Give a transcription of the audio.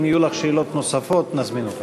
אם יהיו לך שאלות נוספות, נזמין אותך.